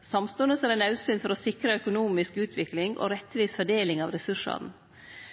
Samstundes er det naudsynt for å sikre økonomisk utvikling og rettvis fordeling av ressursane.